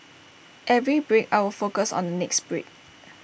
every break I would focus on the next break